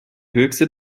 höchste